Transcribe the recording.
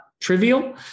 trivial